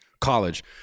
college